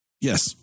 Yes